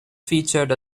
featured